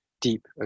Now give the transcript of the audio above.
deep